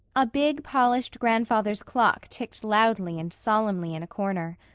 a big, polished grandfather's clock ticked loudly and solemnly in a corner.